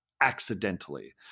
accidentally